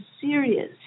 serious